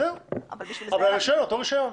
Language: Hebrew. זהו אבל הרישיון אותו רישיון.